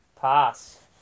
Pass